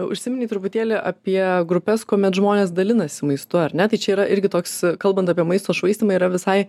užsiminei truputėlį apie grupes kuomet žmonės dalinasi maistu ar ne tai čia yra irgi toks kalbant apie maisto švaistymą yra visai